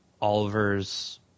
oliver's